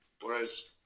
whereas